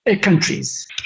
countries